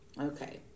okay